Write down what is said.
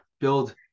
build